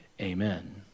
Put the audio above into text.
Amen